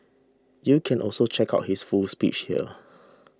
you can also check out his full speech here